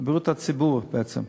בריאות הציבור בעצם,